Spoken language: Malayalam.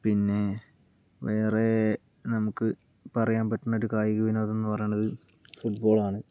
പിന്നെ വേറേ നമുക്ക് പറയാൻ പറ്റുന്ന ഒരു കായിക വിനോദം എന്ന് പറയുന്നത് ഫുട്ബോളാണ്